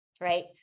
Right